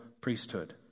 priesthood